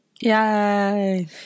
Yay